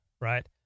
right